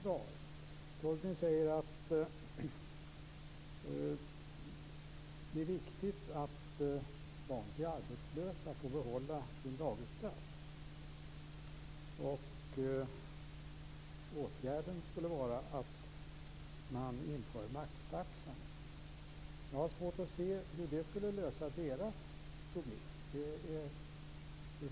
Torgny Danielsson säger att det är viktigt att barn till arbetslösa får behålla sina dagisplatser. Åtgärden skulle vara att införa maxtaxa. Jag har svårt att se hur det skulle lösa deras problem.